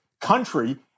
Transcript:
country